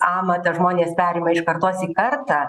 amatą žmonės perima iš kartos į kartą